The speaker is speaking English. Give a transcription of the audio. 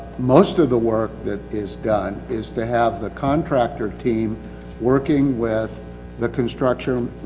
most of the work, that is done, is to have the contractor team working with the construction,